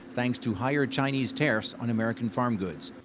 thanks to higher chinese tariffs on american farm goods.